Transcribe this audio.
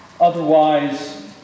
Otherwise